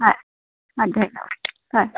হয় অঁ ধন্যবাদ হয়